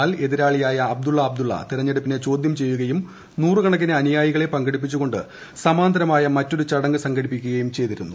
എന്നാൽ എതിരാളിയായ അബ്ദുള്ള അബ്ദുള്ള തെരഞ്ഞെടുപ്പിനെ ചോദ്യം ചെയ്യുകയും നൂറുകണക്കിന് അനുയായികളെ പങ്കെടുപ്പിച്ചുകൊണ്ട് സമാന്തരമായ മറ്റൊരു ചടങ്ങ് സംഘടിപ്പിക്കുകയും ചെയ്തിരുന്നു